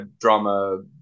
drama